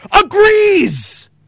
agrees